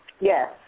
Yes